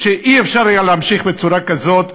שאי-אפשר להמשיך בצורה כזאת,